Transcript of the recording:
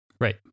right